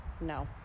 No